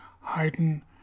Haydn